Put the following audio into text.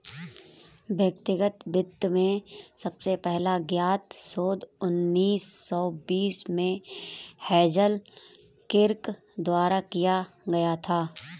व्यक्तिगत वित्त में सबसे पहला ज्ञात शोध उन्नीस सौ बीस में हेज़ल किर्क द्वारा किया गया था